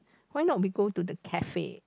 why not we go to the cafe